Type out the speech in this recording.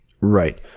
Right